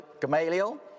Gamaliel